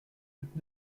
toute